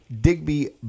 Digby